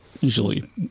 usually